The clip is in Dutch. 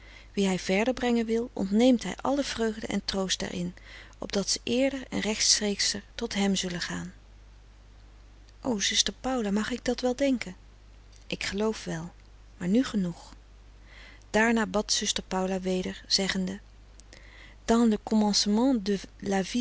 wie hij verder brengen wil ontneemt hij frederik van eeden van de koele meren des doods alle vreugde en troost daarin opdat ze eerder en rechtstreekscher tot hem zullen gaan o zuster paula mag ik dat wel denken ik geloof wel maar nu genoeg daarna bad zuster paula weder zeggende